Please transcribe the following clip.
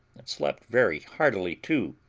and slept very heartily too,